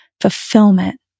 fulfillment